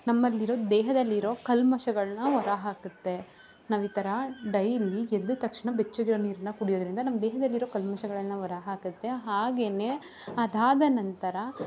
ನಮ್ಮಲ್ಲಿರೋ ದೇಹದಲ್ಲಿರೋ ಕಲ್ಮಶಗಳನ್ನ ಹೊರ ಹಾಕುತ್ತೆ ನಾವು ಈ ಥರ ಡೈಲಿ ಎದ್ದ ತಕ್ಷಣ ಬೆಚ್ಚಗಿರುವ ನೀರನ್ನ ಕುಡಿಯೋದರಿಂದ ನಮ್ಮ ದೇಹದಲ್ಲಿರೋ ಕಲ್ಮಶಗಳನ್ನು ಹೊರ ಹಾಕತ್ತೆ ಹಾಗೆಯೇ ಅದಾದ ನಂತರ